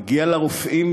מגיע לרופאים,